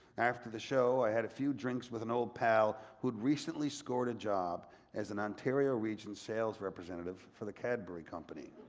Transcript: after the show, i had a few drinks with an old pal who'd recently scored a job as an ontario region sales representative for the cadbury company.